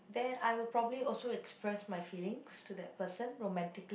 then I would probably also express my feelings to that person romantically